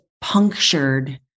punctured